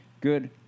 good